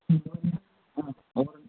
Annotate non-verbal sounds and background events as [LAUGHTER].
[UNINTELLIGIBLE]